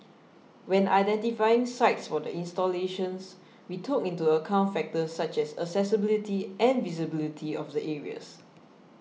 when identifying sites for the installations we took into account factors such as accessibility and visibility of the areas